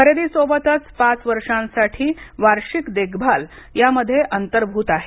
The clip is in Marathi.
खरेदीसोबतच पाच वर्षांसाठी वार्षिक देखभाल यात अंतर्भूत आहे